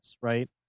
right